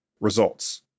Results